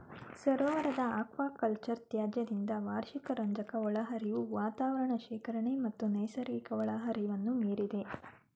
ಸರೋವರದ ಅಕ್ವಾಕಲ್ಚರ್ ತ್ಯಾಜ್ಯದಿಂದ ವಾರ್ಷಿಕ ರಂಜಕ ಒಳಹರಿವು ವಾತಾವರಣ ಶೇಖರಣೆ ಮತ್ತು ನೈಸರ್ಗಿಕ ಒಳಹರಿವನ್ನು ಮೀರಿದೆ